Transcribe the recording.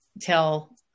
tell